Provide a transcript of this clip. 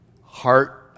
heart